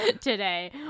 today